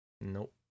Nope